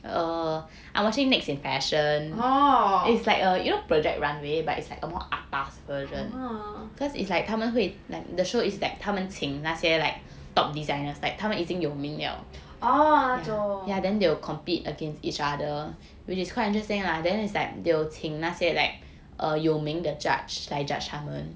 oh oh oh 那种